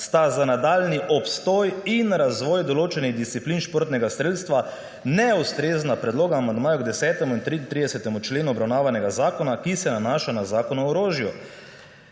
sta za nadaljnji obstoj in razvoj določenih disciplin športnega strelstva ne ustrezna predloga amandmajev k 10. in 33. členu obravnavanega zakona, ki se nanaša na Zakon o orožju.